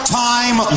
time